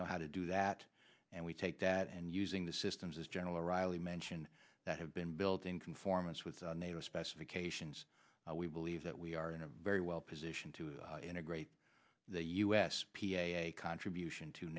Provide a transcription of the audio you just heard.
know how to do that and we take that and using the systems as general riley mentioned that have been built in conformance with nato specifications we believe that we are in a very well position to integrate the u s contribution to